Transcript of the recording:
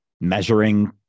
measuring